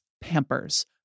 Pampers